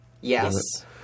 Yes